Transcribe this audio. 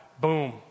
boom